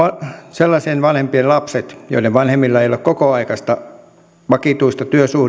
vanhempien lapsista joiden vanhemmilla ei ole kokoaikaista vakituista työsuhdetta